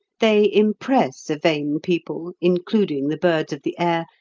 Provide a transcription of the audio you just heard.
they impress a vain people, including the birds of the air,